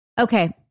Okay